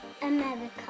America